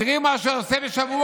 תראי מה שהוא עושה בשבוע.